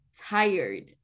tired